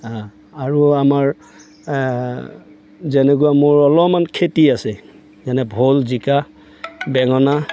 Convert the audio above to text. আৰু আমাৰ যেনেকুৱা মোৰ অলপমান খেতি আছে যেনে ভোল জিকা বেঙেনা